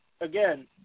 again